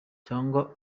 cyangwa